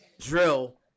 drill